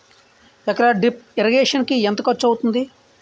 ఎకర drip irrigation కి ఎంత ఖర్చు అవుతుంది?